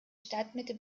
stadtmitte